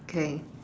okay